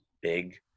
big